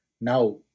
Now